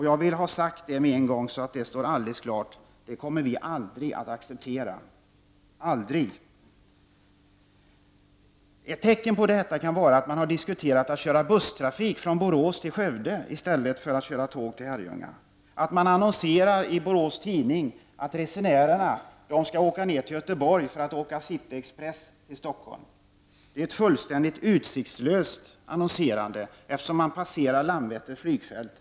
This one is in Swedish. Jag vill på en gång säga, så att det står alldeles klart, att vi aldrig kommer att acceptera det. Ett tecken på detta kan vara att man har diskuterat busstrafik från Borås till Skövde i stället för tågtrafik till Herrljunga. Dessutom annonserar man i Borås tidning att resenärerna skall åka ner till Göteborg för att sedan åka Cityexpress till Stockholm. Det är ett utsiktslöst annonserade om man tror att man kan lägga upp trafiken på det sättet, eftersom man passerar Landvetters flygfält.